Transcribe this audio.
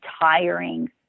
tiring